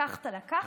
לקחת, לקחת,